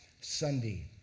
Sunday